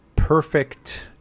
Perfect